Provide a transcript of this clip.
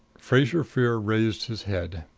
fraser-freer raised his head.